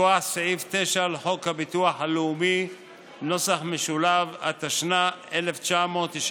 מכוח סעיף 9 לחוק הביטוח הלאומי , התשנ"ה 1995,